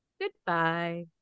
Goodbye